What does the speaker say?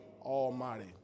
Almighty